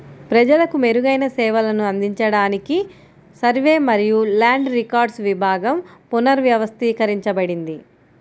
ప్రజలకు మెరుగైన సేవలను అందించడానికి సర్వే మరియు ల్యాండ్ రికార్డ్స్ విభాగం పునర్వ్యవస్థీకరించబడింది